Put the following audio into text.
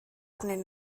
arnyn